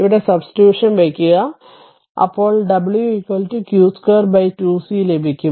ഇവിടെ സബ്സ്റ്റിട്യൂഷൻ വയ്ക്കുക അപ്പോൾ w q 2 2 c ലഭിക്കും